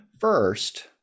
first